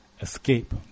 Escape